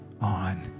on